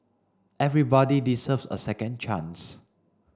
everybody deserves a second chance